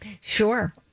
Sure